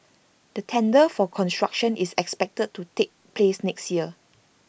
the tender for construction is expected to take place next year